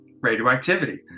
radioactivity